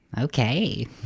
Okay